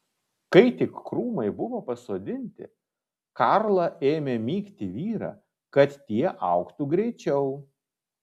kai tik krūmai buvo pasodinti karla ėmė mygti vyrą kad tie augtų greičiau